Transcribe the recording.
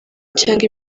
cyangwa